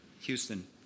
Houston